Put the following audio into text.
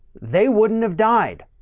they wouldn't have died.